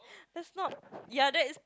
that's not ya that is